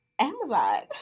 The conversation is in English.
Amazon